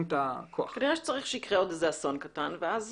כנראה שצריך לקרות עוד אסון קטן ואז